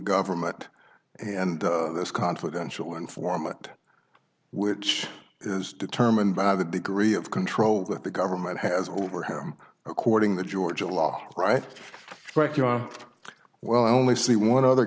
government and this confidential informant which is determined by the degree of control that the government has over him according the georgia law right well i only see one other